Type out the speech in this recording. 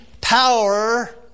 power